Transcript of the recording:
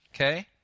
okay